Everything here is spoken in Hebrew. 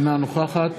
אינה נוכחת